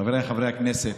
חבריי חברי הכנסת,